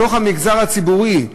בתוך המגזר הציבורי,